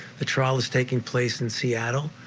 the trial is taking place in seattle.